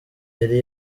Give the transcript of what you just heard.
yari